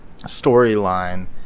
storyline